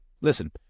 Listen